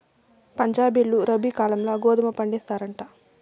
పంజాబీలు రబీ కాలంల గోధుమ పండిస్తారంట